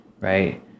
right